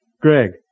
Greg